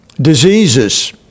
diseases